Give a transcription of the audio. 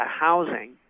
housing